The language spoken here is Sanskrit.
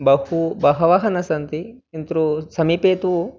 बहु बहवः न सन्ति किन्तु समीपे तु